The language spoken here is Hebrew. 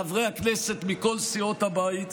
חברי הכנסת מכל סיעות הבית,